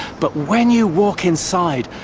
but when you walk inside,